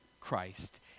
Christ